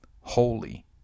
holy